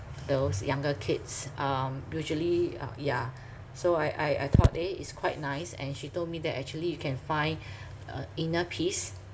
those younger kids um usually uh yeah so I I I thought eh it's quite nice and she told me that actually you can find uh inner peace